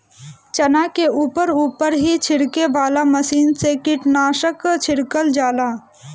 चना के ऊपर ऊपर ही छिड़के वाला मशीन से कीटनाशक छिड़कल जाला